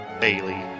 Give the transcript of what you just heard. Bailey